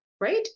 right